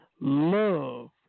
Love